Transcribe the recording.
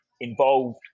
involved